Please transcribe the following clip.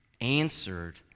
answered